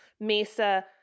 Mesa